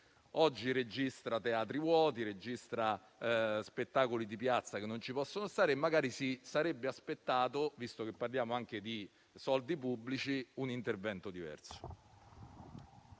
registra teatri vuoti e spettacoli di piazza che non possono essere svolti. Magari ci si sarebbe aspettato, visto che parliamo anche di soldi pubblici, un intervento diverso.